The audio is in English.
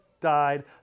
died